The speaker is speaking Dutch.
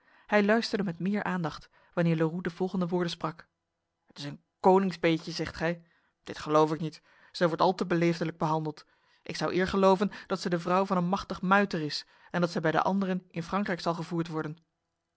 hij luisterde met meer aandacht wanneer leroux de volgende woorden sprak het is een koningsbeetje zegt gij dit geloof ik niet zij wordt al te beleefdelijk behandeld ik zou eer geloven dat zij de vrouw van een machtig muiter is en dat zij bij de anderen in frankrijk zal gevoerd worden